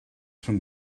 rhwng